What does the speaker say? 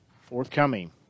forthcoming